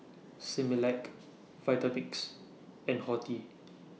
Similac Vitamix and Horti